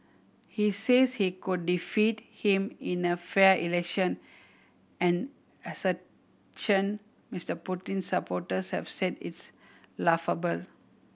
he says he could defeat him in a fair election an assertion Mister Putin's supporters have said its laughable